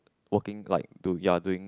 working like to ya doing